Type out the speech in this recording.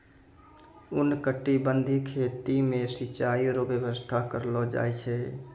उष्णकटिबंधीय खेती मे सिचाई रो व्यवस्था करलो जाय छै